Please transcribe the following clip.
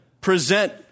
Present